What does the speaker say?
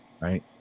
right